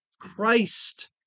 Christ